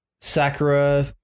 sakura